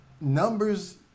numbers